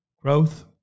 growth